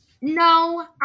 No